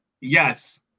yes